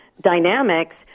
dynamics